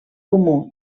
comú